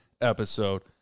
episode